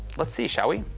let's see, shall we?